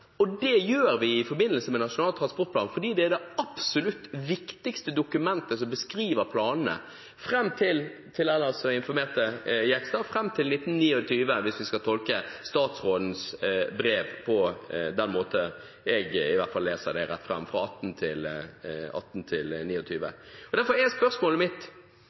samferdselssektoren. Det gjør vi i forbindelse med Nasjonal transportplan, fordi det er det absolutt viktigste dokumentet som beskriver planene fram til 2029 – til den ellers så informerte Jegstad – hvis vi skal tolke statsrådens brev på den måten jeg i hvert fall leser det rett fram: fra 2018 til 2029. Derfor er spørsmålet mitt: